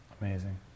Amazing